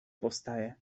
powstaje